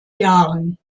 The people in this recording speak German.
jahren